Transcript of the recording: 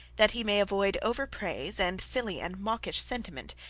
that he may avoid overpraise and silly and mawkish sentiment,